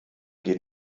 geht